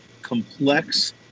complex